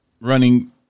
running